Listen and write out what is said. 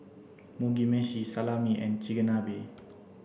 Mugi meshi Salami and Chigenabe